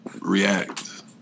react